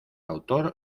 autor